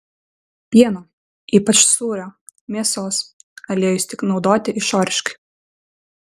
pieno ypač sūrio mėsos aliejus tik naudoti išoriškai